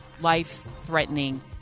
life-threatening